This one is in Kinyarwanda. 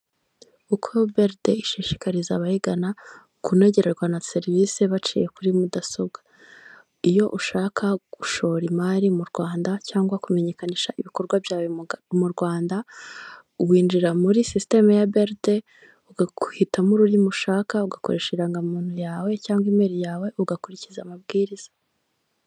Uko beride ishishikariza abayigana kunogerwa na serivisi baciye kuri mudasobwa: iyo ushaka gushora imari mu Rwanda cyangwa kumenyekanisha ibikorwa byawe mu Rwanda, wininjira muri sisitemu ya beride, ukaguhitamo ururimi ushaka ugakoresha, indangamuntu yawe, cyangwa imari yawe, ugakurikiza amabwiriza.